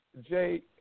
Jay